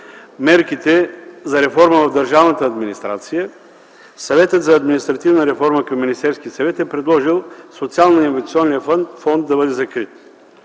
мерките за реформа в държавната администрация Съветът за административна реформа към Министерския съвет е предложил Социалноинвестиционният фонд да бъде закрит.